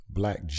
black